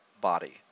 body